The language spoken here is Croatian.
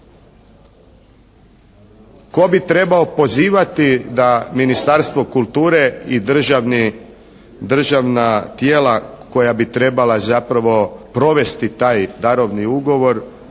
Tko bi trebao pozivati da Ministarstvo kulture i državna tijela koja bi trebala zapravo provesti taj darovni ugovor